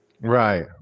right